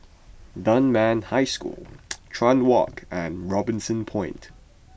Dunman High School Chuan Walk and Robinson Point